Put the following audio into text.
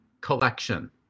Collection